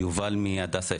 אני יובל, מהדסה.